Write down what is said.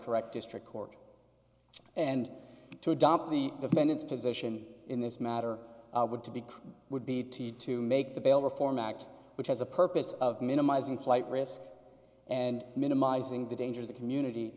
correct district court and to adopt the defendant's position in this matter would to be would be teed to make the bailiff format which has a purpose of minimizing flight risk and minimizing the danger of the community